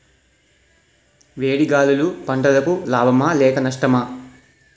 వేడి గాలులు పంటలకు లాభమా లేక నష్టమా?